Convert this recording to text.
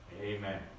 Amen